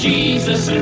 Jesus